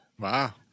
Wow